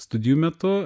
studijų metu